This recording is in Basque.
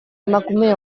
emakume